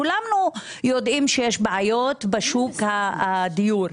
כולנו יודעים שיש בעיות בשוק הדיור,